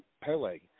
Pele